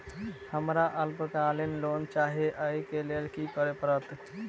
हमरा अल्पकालिक लोन चाहि अई केँ लेल की करऽ पड़त?